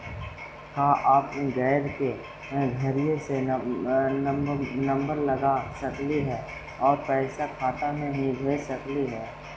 का अपन गैस के घरही से नम्बर लगा सकली हे और पैसा खाता से ही भेज सकली हे?